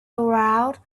around